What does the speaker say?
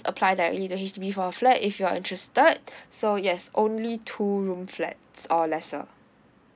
apply directly to H_D_B for a flat if you're interested so yes only two room flats or lesser